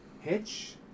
Hitch